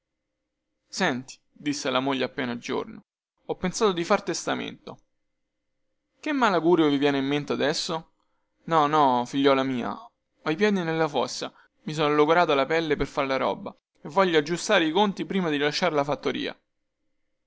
senti disse alla moglie appena giorno ho pensato di far testamento che malaugurio vi viene in mente adesso no no figliuola mia ho i piedi nella fossa mi son logorata la pelle per far la roba e voglio aggiustare i conti prima di lasciar la fattoria